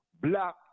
black